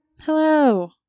Hello